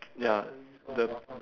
ya the